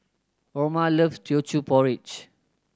Orma loves Teochew Porridge